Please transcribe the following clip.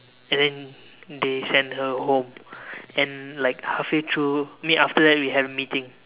and then they sent her home and like halfway through mean after that we had a meeting